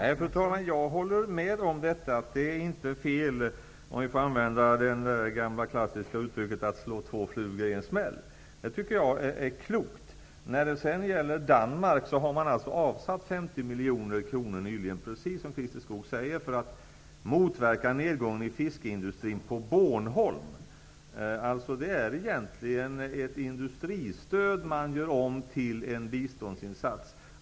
Fru talman! Jag håller med om att det inte är fel att, för att använda det gamla klassiska uttrycket, slå två flugor i en smäll. Det tycker jag är klokt. I Danmark har man, precis som Christer Skoog säger, nyligen avsatt 50 miljoner kronor för att motverka nedgången i fiskeindustrin på Bornholm. Det är alltså egentligen ett industristöd man gör om till en biståndsinsats.